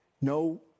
No